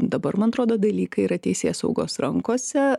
dabar man atrodo dalykai yra teisėsaugos rankose